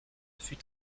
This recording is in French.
fut